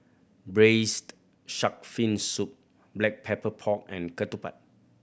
Braised Shark Fin Soup Black Pepper Pork and ketupat